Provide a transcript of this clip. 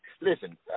listen